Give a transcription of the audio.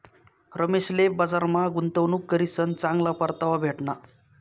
रमेशले बजारमा गुंतवणूक करीसन चांगला परतावा भेटना